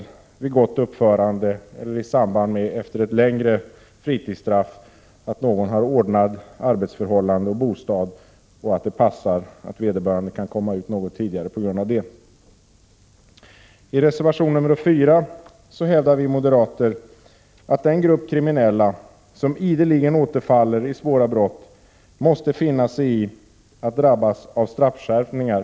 gälla vid gott uppförande eller om någon som har avtjänat ett längre fängelsestraff har ordnade arbetsförhållanden och bostad och det passar att vederbörande kan komma ut något tidigare på grund av detta. I reservation 4 hävdar vi moderater att den grupp kriminella som ideligen återfaller i svåra brott måste finna sig i att drabbas av straffskärpningar.